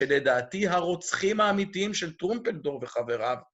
כדי דעתי הרוצחים האמיתיים של טרומפלדור וחבריו.